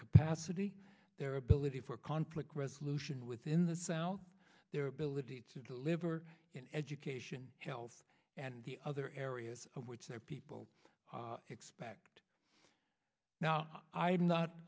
capacity their ability for conflict resolution within the south their ability to deliver in education health and the other areas of which their people expect now i